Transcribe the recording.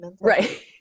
right